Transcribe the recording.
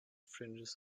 fringes